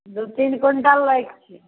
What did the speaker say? दुइ तीन क्विन्टल लैके छै